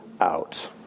out